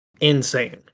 insane